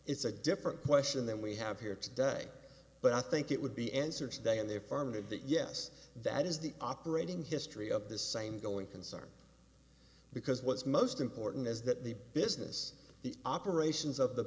it's a different question than we have here today but i think it would be answered today in their farm to that yes that is the operating history of this same going concern because what's most important is that the business the operations of the